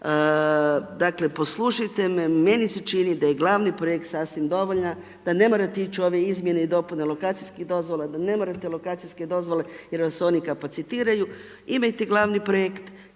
dakle, poslušajte me. Meni se čini da je gl. projekt sasvim dovoljna, da ne morate ići u ove izmjene i dopune, lokacijskih dozvola, da ne morate lokacijske dozvole, jer vam se oni kapacitiraju. Imajte gl. projekt,